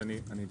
אני אתייחס: